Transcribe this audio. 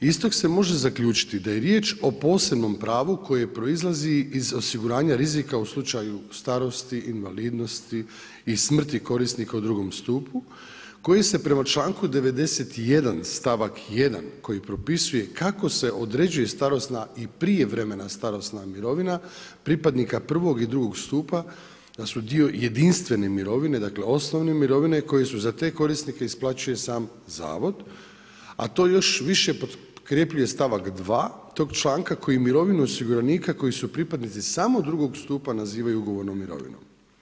Iz tog se može zaključiti da je riječ o posebnom pravu koje proizlazi iz osiguranja rizika u slučaju starosti, invalidnosti i smrti korisnika u drugom stupu koji se prema članku 91. stavak 1. koji propisuje kako se određuje starosna i prijevremena starosna mirovina pripadnika prvog i drugog stupa da su dio jedinstvene mirovine dakle osnovne mirovine koje se za te korisnike isplaćuje sam zavod, a to još više potkrepljuje stavak 2. tog članka koji mirovinu osiguranika koji su pripadnici samo drugog stupa nazivaju ugovornom mirovinom.